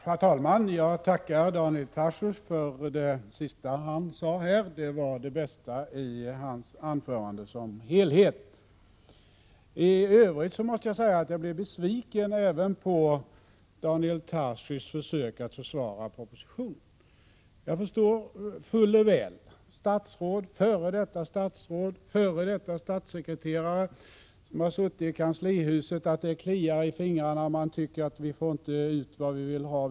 Herr talman! Jag tackar Daniel Tarschys för det sista han sade här. Det var det bästa i hans anförande som helhet. I övrigt måste jag säga att jag blev besviken även på Daniel Tarschys försök att försvara propositionen. Jag förstår fuller väl statsråd, f. d. statsråd, f. d. statssekreterare, som suttit i kanslihuset, att det kliar i fingrarna. Vi får inte ut det vi vill, anser man.